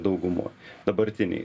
daugumo dabartinėj